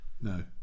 No